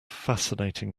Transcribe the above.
fascinating